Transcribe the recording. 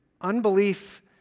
unbelief